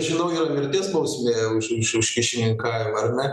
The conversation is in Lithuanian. žinau yra mirties bausmė už iš už kyšininkavimą ar ne